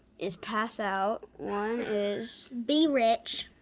is pass out, one is be rich.